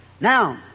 Now